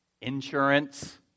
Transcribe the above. insurance